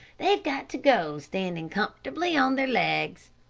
they've got to go standing comfortably on their legs,